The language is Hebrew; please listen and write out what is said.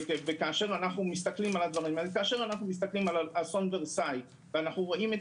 כאשר אנחנו מסתכלים על אסון ורסאי ורואים את